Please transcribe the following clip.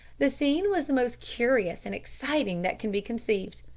the scene was the most curious and exciting that can be conceived.